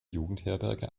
jugendherberge